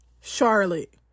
Charlotte